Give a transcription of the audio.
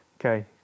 Okay